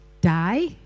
die